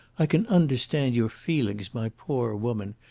i can understand your feelings, my poor woman.